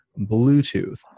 Bluetooth